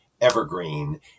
evergreen